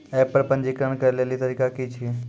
App पर पंजीकरण करै लेली तरीका की छियै?